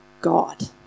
God